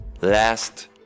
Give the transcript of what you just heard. last